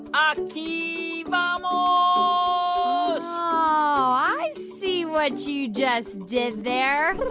aqui vamos oh, i see what you just did there.